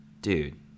dude